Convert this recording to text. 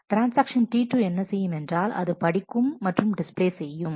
transaction T2 என்ன செய்யும் என்றால் அது படிக்கும் மற்றும் டிஸ்ப்ளே செய்யும்